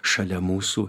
šalia mūsų